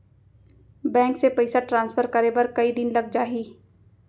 Bank से पइसा transfer करे बर कई दिन लग जाही?